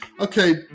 Okay